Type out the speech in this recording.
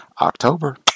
October